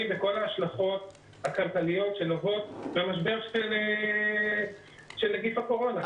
בכל ההשלכות הכלכליות שנובעות מן המשבר של נגיף הקורונה.